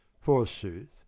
Forsooth